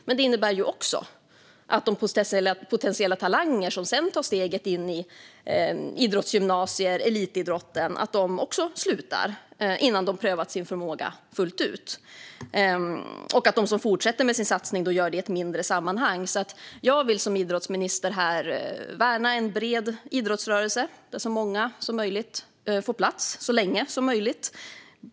Men det innebär också att de potentiella talanger som sedan tar steget in i idrottsgymnasier och elitidrotten slutar innan de prövat sin förmåga fullt ut och att de som fortsätter med sin satsning gör det i ett mindre sammanhang. Jag vill som idrottsminister värna en bred idrottsrörelse, där så många som möjligt får plats så länge som möjligt.